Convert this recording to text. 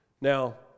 Now